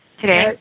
Today